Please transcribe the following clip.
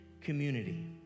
community